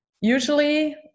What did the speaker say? usually